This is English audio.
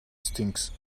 stinks